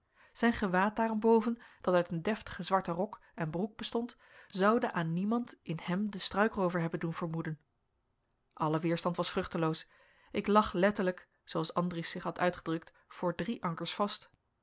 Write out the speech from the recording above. zijn gewaad daarenboven dat uit een deftigen zwarten rok en broek bestond zoude aan niemand in hem den struikroover hebben doen vermoeden alle weerstand was vruchteloos ik lag letterlijk zooals andries zich had uitgedrukt voor drie ankers vast